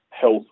health